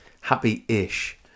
happy-ish